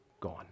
gone